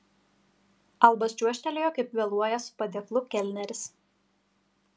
albas čiuožtelėjo kaip vėluojąs su padėklu kelneris